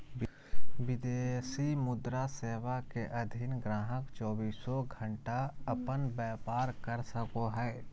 विदेशी मुद्रा सेवा के अधीन गाहक़ चौबीसों घण्टा अपन व्यापार कर सको हय